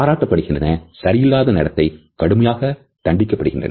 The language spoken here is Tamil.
பாராட்டப்படுகின்றன சரியில்லாத நடத்தைகள் கடுமையாக தண்டிக்கப்படுகின்றன